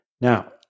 Now